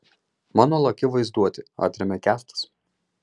mano laki vaizduotė atremia kęstas